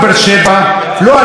יש הרתעה,